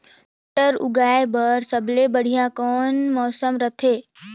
मटर उगाय बर सबले बढ़िया कौन मौसम रथे?